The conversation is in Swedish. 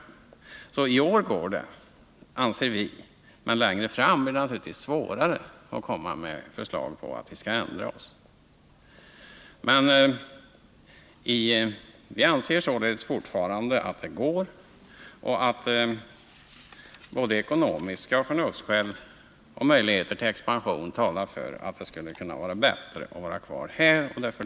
I år går det att avbryta ombyggnaden, anser vi. Längre fram är det naturligtvis svårare att komma med förslag om att riksdagen skall ändra sig. Vi anser således fortfarande att det går att upphäva det tidigare fattade beslutet. Både ekonomiska skäl och förnuftsskäl — jag tänker på möjligheterna till expansion osv. — talar för att det skulle vara bättre att stanna kvar vid Sergels torg.